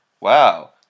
wow